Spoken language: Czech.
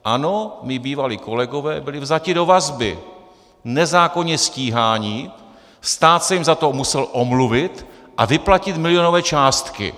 Ano, mí bývalí kolegové byli vzati do vazby, nezákonně stíháni, stát se jim za to musel omluvit a vyplatit milionové částky.